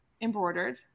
embroidered